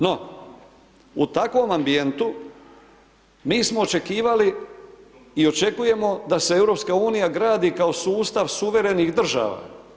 No, u takvom ambijentu, mi smo očekivali i očekujemo da se EU gradi kao sustav suvremenih država.